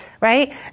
right